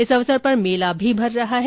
इस अवसर पर मेला भी भर रहा है